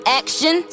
action